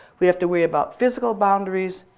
we have to worry about physical boundaries,